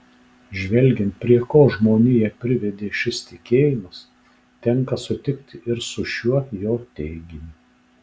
žvelgiant prie ko žmoniją privedė šis tikėjimas tenka sutikti ir su šiuo jo teiginiu